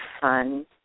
fun